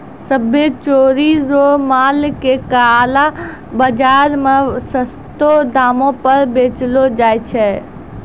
सभ्भे चोरी रो माल के काला बाजार मे सस्तो दामो पर बेचलो जाय छै